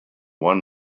one